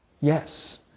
yes